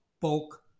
bulk